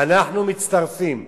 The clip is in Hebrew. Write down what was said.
עד הכספים לישיבות.